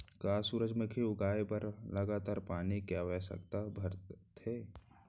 का सूरजमुखी उगाए बर लगातार पानी के आवश्यकता भरथे?